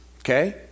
Okay